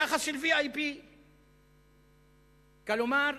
יחס של VIP. כלומר,